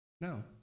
No